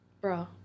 Bro